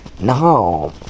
No